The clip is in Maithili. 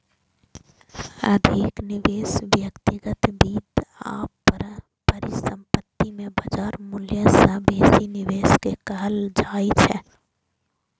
अधिक निवेश व्यक्तिगत वित्त आ परिसंपत्ति मे बाजार मूल्य सं बेसी निवेश कें कहल जाइ छै